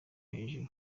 hejuru